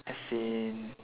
as in